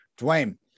Dwayne